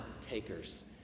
takers